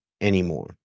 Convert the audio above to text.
anymore